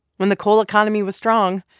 when the coal economy was strong,